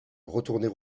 retourner